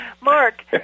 Mark